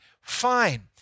fine